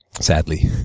sadly